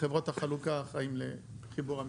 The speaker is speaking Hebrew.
חברות החלוקה אחראיים לחיבור המפעלים.